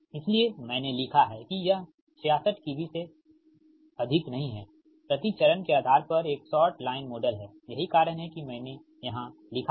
इसलिए मैंने लिखा है कि यह 66 KV से अधिक नहीं है प्रति चरण के आधार पर एक शॉर्ट लाइन मॉडल है यही कारण है कि मैंने यहां लिखा है